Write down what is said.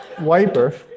wiper